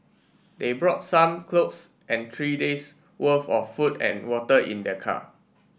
they brought some clothes and three days' worth of food and water in their car